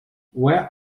where